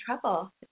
trouble